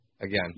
again